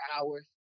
hours